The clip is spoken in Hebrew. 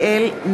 להם.